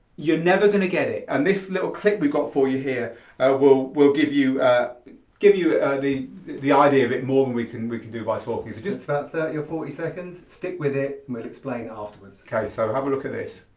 you're never going to get it and this little clip we've got for you here will will give you give you the the idea of it more than we can we can do by talking. just about thirty or forty seconds, stick with it and we'll explain afterwards. okay, so have a look at this.